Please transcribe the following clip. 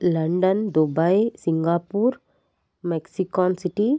London Dubai Singapore Mexican city